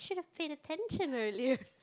paid attention earlier